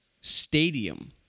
Stadium